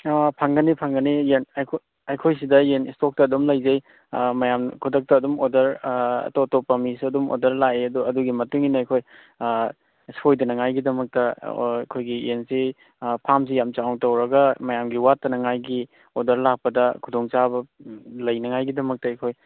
ꯐꯪꯒꯅꯤ ꯐꯪꯒꯅꯤ ꯌꯦꯟ ꯑꯩꯈꯣꯏ ꯑꯩꯈꯣꯏꯁꯤꯗ ꯌꯦꯟ ꯏꯁꯇꯣꯛꯇ ꯑꯗꯨꯝ ꯂꯩꯖꯩ ꯃꯌꯥꯝ ꯈꯨꯗꯛꯇ ꯑꯗꯨꯝ ꯑꯣꯔꯗꯔ ꯑꯇꯣꯞ ꯑꯇꯣꯞꯄ ꯃꯤꯁꯨ ꯑꯗꯨꯝ ꯑꯣꯔꯗꯔ ꯂꯥꯛꯏ ꯑꯗꯣ ꯑꯗꯨꯒꯤ ꯃꯇꯨꯡ ꯏꯟꯅ ꯑꯩꯈꯣꯏ ꯁꯣꯏꯗꯅꯉꯥꯏꯒꯤꯗꯃꯛꯇ ꯑꯩꯈꯣꯏꯒꯤ ꯌꯦꯟꯁꯤ ꯐꯥꯔꯝꯁꯤ ꯌꯥꯝ ꯆꯥꯎꯅ ꯇꯧꯔꯒ ꯃꯌꯥꯝꯒꯤ ꯋꯠꯇꯅꯉꯥꯏꯒꯤ ꯑꯣꯔꯗꯔ ꯂꯥꯛꯄꯗ ꯈꯨꯗꯣꯡ ꯆꯥꯕ ꯂꯩꯅꯉꯥꯏꯒꯤꯗꯃꯛꯇ ꯑꯩꯈꯣꯏ